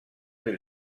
del